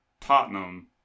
Tottenham